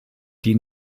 die